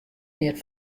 neat